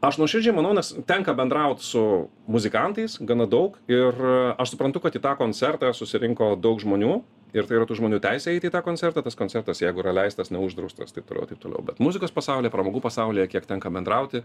aš nuoširdžiai manau nes tenka bendraut su muzikantais gana daug ir aš suprantu kad į tą koncertą susirinko daug žmonių ir tai yra tų žmonių teisė eiti į tą koncertą tas koncertas jeigu yra leistas neuždraustas taip toliau taip toliau bet muzikos pasaulyje pramogų pasaulyje kiek tenka bendrauti